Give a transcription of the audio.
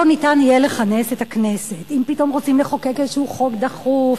ניתן יהיה לכנס את הכנסת אם פתאום רוצים לחוקק איזה חוק דחוף.